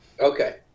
Okay